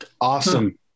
Awesome